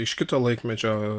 iš kito laikmečio